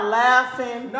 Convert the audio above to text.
laughing